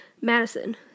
Madison